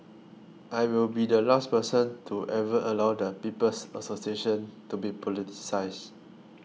I will be the last person to ever allow the People's Association to be politicised